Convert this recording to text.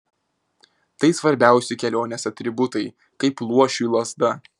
tai svarbiausi kelionės atributai kaip luošiui lazda